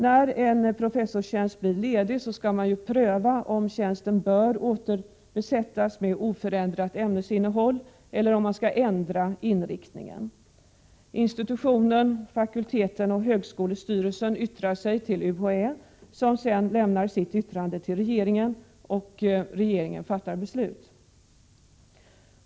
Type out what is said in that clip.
När en professorstjänst blir ledig skall man pröva om tjänsten bör återbesättas med oförändrat ämnesinnehåll eller om man skall ändra inriktningen. Institutionen, fakulteten och högskolestyrelsen yttrar sig till UHÄ, som sedan lämnar yttrandet till regeringen — och regeringen fattar beslut.